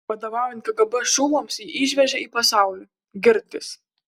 vadovaujant kgb šulams jį išvežė į pasaulį girtis